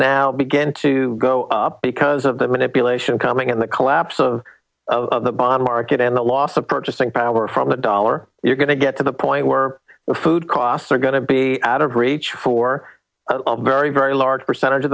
now begin to go up because of the manipulation coming in the collapse of the bond market and the loss of purchasing power from the dollar you're going to get to the point where their food costs are going to be out of reach for a very very large percentage of